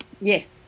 Yes